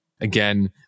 Again